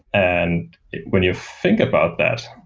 and when you think about that,